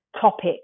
topic